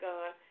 God